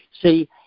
See